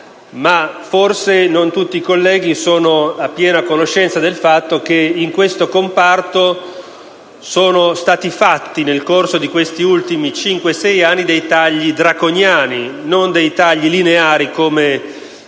ma forse non tutti i colleghi sono a piena conoscenza del fatto che in questo comparto sono stati fatti, nel corso di questi ultimi cinque sei anni, dei tagli draconiani e non i tagli lineari (unica